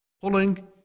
pulling